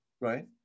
Right